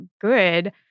good